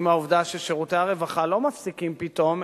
עם העובדה ששירותי הרווחה לא נפסקים פתאום,